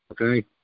Okay